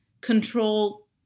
control